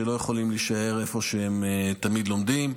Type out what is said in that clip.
שלא יכולים להישאר איפה שהם תמיד לומדים,